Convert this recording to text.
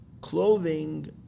clothing